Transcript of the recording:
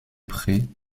prés